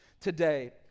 today